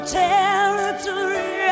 territory